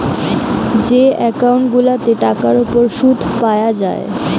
যে একউন্ট গুলাতে টাকার উপর শুদ পায়া যায়